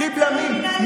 בלי בלמים.